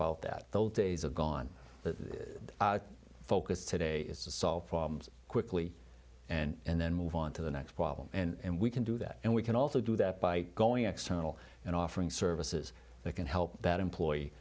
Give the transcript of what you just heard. about that the old days are gone the focus today is to solve problems quickly and then move on to the next problem and we can do that and we can also do that by going external and offering services that can help that employee